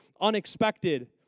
unexpected